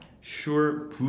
sure